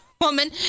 woman